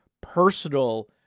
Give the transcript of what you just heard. personal